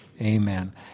Amen